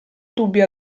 dubbio